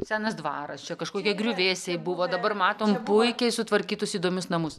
senas dvaras čia kažkokie griuvėsiai buvo dabar matom puikiai sutvarkytus įdomius namus